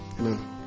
Amen